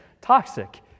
Toxic